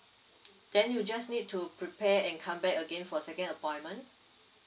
then you just need to prepare and come back again for second appointment